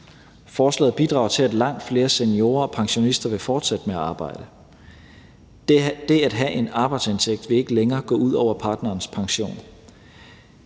Forslaget bidrager til, at langt flere seniorer og pensionister vil fortsætte med at arbejde. Det at have en arbejdsindtægt vil ikke længere gå ud over partnerens pension.